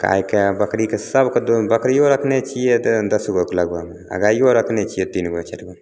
गायके बकरीके सबके बकरियो रखने छियै तऽ दश गो के लगभग आ गायो रखने छियै तीन गो चारि गो